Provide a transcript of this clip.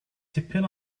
tipyn